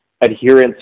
adherence